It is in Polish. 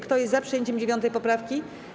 Kto jest za przyjęciem 9. poprawki?